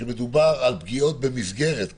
כשמדובר על פגיעות במסגרת,